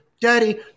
daddy